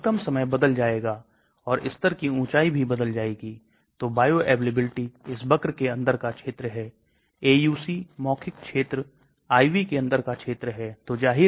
तो यह सभी विफल कंपाउंड है जबकि यह सफल हो सकते हैं मेरा मतलब है कि यह सब से आदर्श है लेकिन आप कहीं ना कहीं यहां भी समाप्त कर सकते हैं इसलिए यह भी है